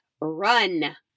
Run